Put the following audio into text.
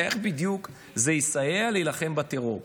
איך בדיוק זה יסייע להילחם בטרור?